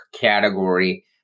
category